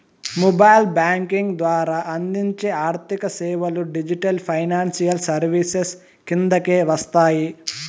mobile banking ద్వారా అందించే ఆర్థిక సేవలు డిజిటల్ ఫైనాన్షియల్ సర్వీసెస్ కిందకే వస్తాయి